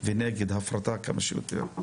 ונגד הפרטה כמה שיותר,